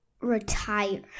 retire